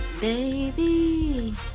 baby